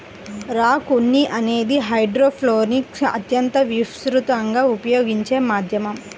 rock ఉన్ని అనేది హైడ్రోపోనిక్స్లో అత్యంత విస్తృతంగా ఉపయోగించే మాధ్యమం